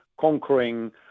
conquering